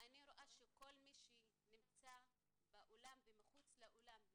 אני רואה שכל מי שנמצא באולם ומחוץ לאולם,